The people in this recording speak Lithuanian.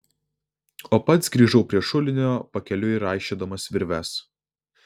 o pats grįžau prie šulinio pakeliui raišiodamas virves